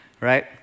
right